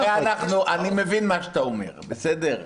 אני מבין מה שאתה אומר, בסדר.